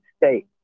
state